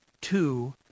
two